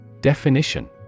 Definition